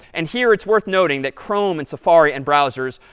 and here, it's worth noting that chrome and safari and browsers,